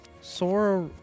Sora